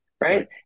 right